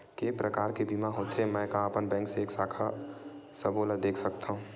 के प्रकार के बीमा होथे मै का अपन बैंक से एक साथ सबो ला देख सकथन?